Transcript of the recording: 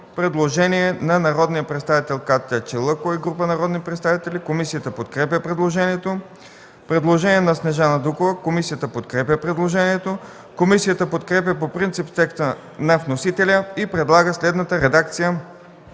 Предложение от Катя Чалъкова и група народни представители. Комисията подкрепя предложението. Предложение от народния представител Снежана Дукова. Комисията подкрепя предложението. Комисията подкрепя по принцип текста на вносителя и предлага следната редакция